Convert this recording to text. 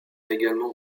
également